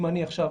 אם אני עכשיו